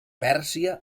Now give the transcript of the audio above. pèrsia